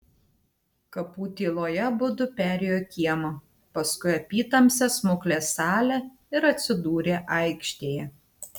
kapų tyloje abudu perėjo kiemą paskui apytamsę smuklės salę ir atsidūrė aikštėje